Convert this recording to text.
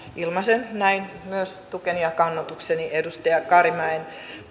ilmaisen näin myös tukeni ja kannatukseni edustaja karimäen